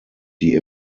die